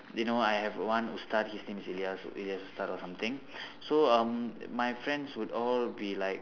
you know I have one ustaz his name is elias elias ustaz or something so um my friends would all be like